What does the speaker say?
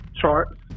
charts